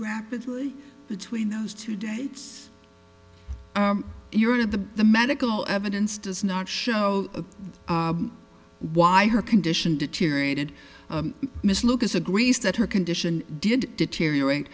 rapidly between those two days your the the medical evidence does not show why her condition deteriorated miss lucas agrees that her condition did deteriorate